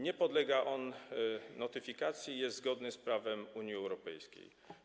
Nie podlega on notyfikacji i jest zgodny z prawem Unii Europejskiej.